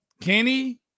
Kenny